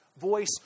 voice